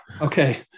Okay